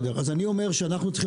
אז אני אומר שאנחנו,